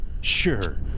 Sure